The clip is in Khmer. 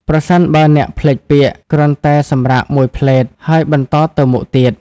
ប្រសិនបើអ្នកភ្លេចពាក្យ គ្រាន់តែសម្រាកមួយភ្លែត ហើយបន្តទៅមុខទៀត។